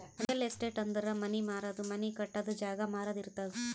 real estate ಅಂದುರ್ money ಮಾರದು, money ಕಟ್ಟದು, ಜಾಗ ಮಾರಾದು ಇರ್ತುದ್